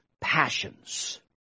passions